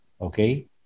okay